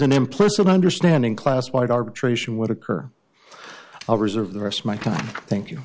an implicit understanding class wide arbitration would occur i'll reserve the rest of my time thank you